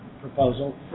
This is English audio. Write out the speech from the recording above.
proposal